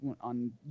on